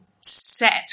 set